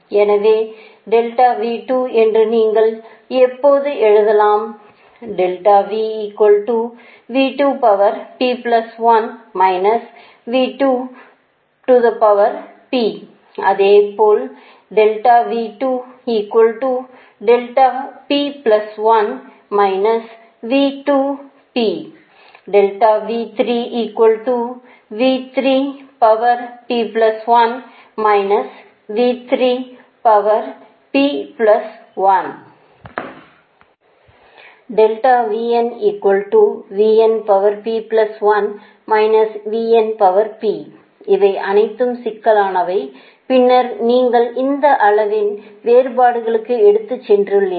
எனவே என்று நீங்கள் இப்போது எழுதலாம் அதேபோல் இவை அனைத்தும் சிக்கலானவை பின்னர் நீங்கள் இந்த அளவின் வேறுபாடுகளுக்கு எடுத்துச் சென்றீர்கள்